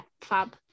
fab